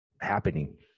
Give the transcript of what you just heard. happening